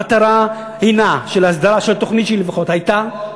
המטרה של ההסדרה, התוכנית שלי לפחות, הייתה,